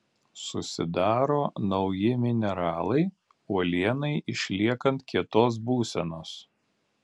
susidaro nauji mineralai uolienai išliekant kietos būsenos